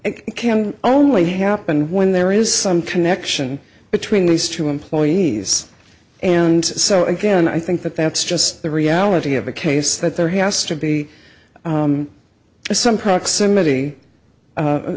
can only happen when there is some connection between these two employees and so again i think that that's just the reality of the case that there has to be some